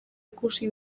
ikusi